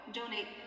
donate